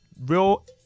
Real